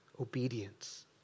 Obedience